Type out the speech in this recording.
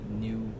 new